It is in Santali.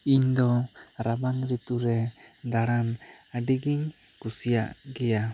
ᱤᱧ ᱫᱚ ᱨᱟᱵᱟᱝ ᱨᱤᱛᱩ ᱨᱮ ᱫᱟᱬᱟᱱ ᱟᱹᱰᱤ ᱜᱤᱧ ᱠᱩᱥᱤᱭᱟᱜ ᱜᱮᱭᱟ